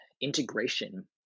integration